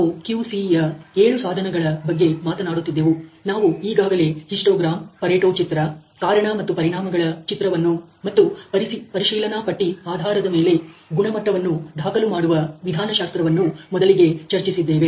ನಾವು QC'ಯ ಏಳು ಸಾಧನಗಳ ಬಗ್ಗೆ ಮಾತನಾಡುತ್ತಿದ್ದೆವು ನಾವು ಈಗಾಗಲೇ ಹಿಸ್ಟೋಗ್ರಾಮ್ ಪರೆಟೋ ಚಿತ್ರ ಕಾರಣ ಮತ್ತು ಪರಿಣಾಮಗಳ ಚಿತ್ರವನ್ನು ಮತ್ತು ಪರಿಶೀಲನಾ ಪಟ್ಟಿ ಆಧಾರದ ಮೇಲೆ ಗುಣಮಟ್ಟವನ್ನು ದಾಖಲು ಮಾಡುವ ವಿಧಾನ ಶಾಸ್ತ್ರವನ್ನು ಮೊದಲಿಗೆ ಚರ್ಚಿಸಿದ್ದೇವೆ